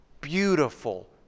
beautiful